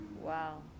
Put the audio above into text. Wow